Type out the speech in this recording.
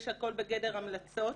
יש הכול בגדר המלצות,